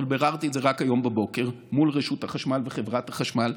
אבל ביררתי את זה רק היום בבוקר מול רשות החשמל וחברת החשמל,